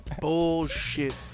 Bullshit